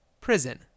prison